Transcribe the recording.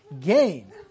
gain